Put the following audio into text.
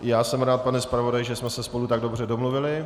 Já jsem rád, pane zpravodaji, že jsme se spolu tak dobře domluvili.